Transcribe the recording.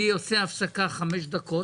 אני עושה הפסקה חמש דקות.